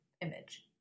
image